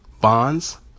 bonds